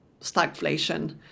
stagflation